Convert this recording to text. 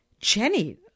Jenny